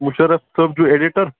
مُشَرف صٲب چھُو ایڈِٹر